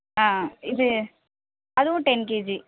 ஆஆ இது அதுவும் ten KG